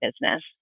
business